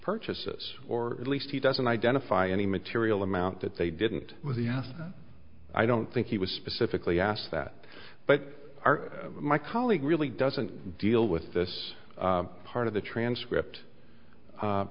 purchases or at least he doesn't identify any material amount that they didn't with the ask i don't think he was specifically asked that but our my colleague really doesn't deal with this part of the transcript